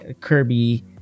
kirby